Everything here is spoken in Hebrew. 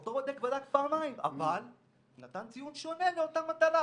אותו בודק בדק פעמיים אבל נתן ציון שונה לאותה מטלה.